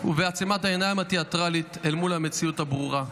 ובעצימת העיניים התיאטרלית אל מול המציאות הברורה.